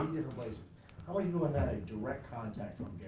places. how are you doing that a direct contact from